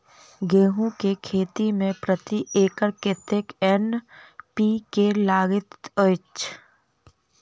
गेंहूँ केँ खेती मे प्रति एकड़ कतेक एन.पी.के लागैत अछि?